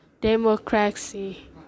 democracy